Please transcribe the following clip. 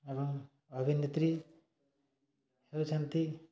ଏବଂ ଅଭିନେତ୍ରୀ ହେଉଛନ୍ତି